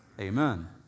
amen